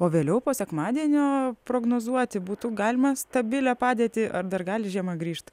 o vėliau po sekmadienio prognozuoti būtų galima stabilią padėtį ar dar gali žiema grįžt